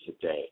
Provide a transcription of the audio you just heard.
today